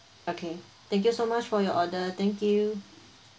okay thank you so much for your order thank you